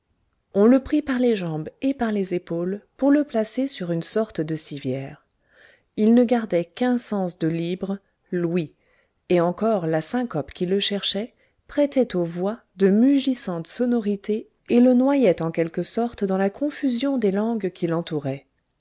on le prit par les jambes et par les épaules pour le placer sur une sorte de civière il ne gardait qu'un sens de libre l'ouïe et encore la syncope qui le cherchait prêtait aux voix de mugissantes sonorités et le noyait en quelque sorte dans la confusion des langues qui l'entourait